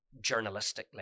journalistically